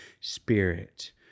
Spirit